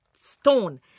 stone